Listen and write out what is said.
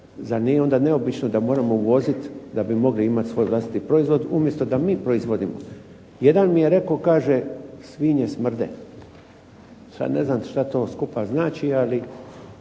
zar nije onda neobično da moramo uvoziti da bi mogli imati svoj vlastiti proizvod umjesto da mi proizvodimo. Jedan mi je rekao, kaže svinje smrde. Sad ne znam šta to skupa znači, ali